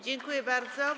Dziękuję bardzo.